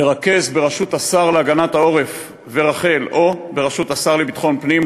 לרכז בראשות השר להגנת העורף ורח"ל או בראשות השר לביטחון פנים,